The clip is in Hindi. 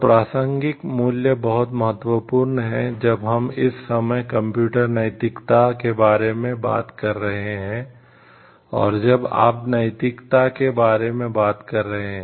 तो प्रासंगिक मूल्य बहुत महत्वपूर्ण है जब हम इस समय कंप्यूटर नैतिकता के बारे में बात कर रहे हैं और जब आप नैतिकता के बारे में बात कर रहे हैं